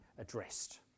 addressed